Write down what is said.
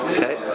Okay